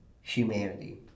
humanity